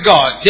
God